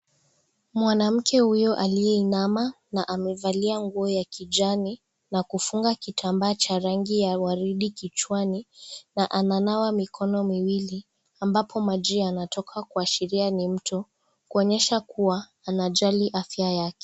Mwanamke huyo aliyeinama na amevalia nguo ya kijani na kufunga kitambaa cha rangi ya waridi kichwani na ananawa mikono miwili, ambapo maji yanatoka kuashiria ni mto kuonyesha kuwa, anajali afya yake.